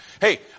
Hey